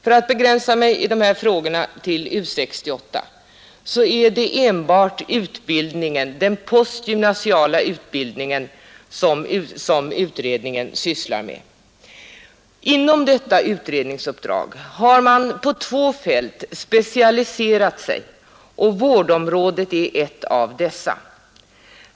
För att begränsa mig till U 68 vill jag påpeka, att utredningen sysslar enbart med den postgymnasiala utbildningen. Inom detta utredningsuppdrag har man specialiserat sig på två fält, och vårdområdet är ett av dessa.